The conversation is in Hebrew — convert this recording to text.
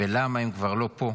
ולמה הם כבר לא פה.